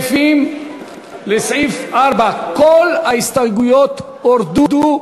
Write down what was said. כל ההסתייגויות לסעיף 4 הורדו.